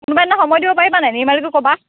কোনোবা দিনা সময় দিব পাৰিবানে নাই নিৰ্মালীকো ক'বা